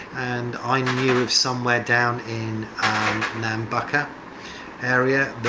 and i knew somewhere down in nambucca area